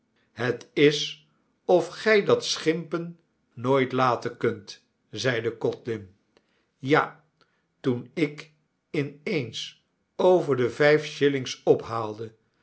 het is of gij dat schimpen nooit laten kunt zeide codlin ja toen ik in eens over de vijf shillings ophaalde